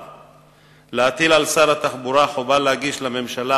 1. להטיל על שר התחבורה חובה להגיש לממשלה